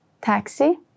taxi